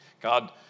God